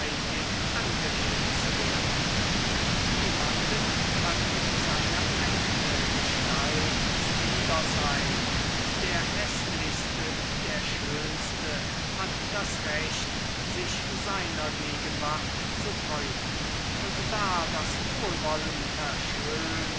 angenehm zu werden niemanden kann seine eigne gestalt zuwider sein der häßlichste wie der schönste hat das recht sich seiner gegenwart zu freuen und da das wohlwollen verschönt